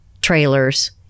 trailers